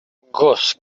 gos